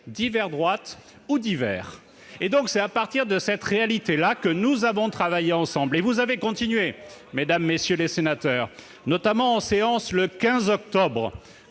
divers droite » ou « divers ». C'est à partir de cette réalité que nous avons travaillé, ensemble. En outre, vous avez continué, mesdames, messieurs les sénateurs, notamment en séance publique, le 15 octobre